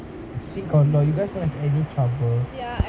I think you guys won't get into any trouble